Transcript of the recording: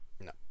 No